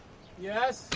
yes.